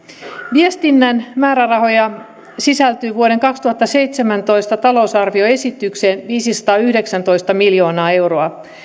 viestinnän määrärahoja sisältyy vuoden kaksituhattaseitsemäntoista talousarvioesitykseen viisisataayhdeksäntoista miljoonaa euroa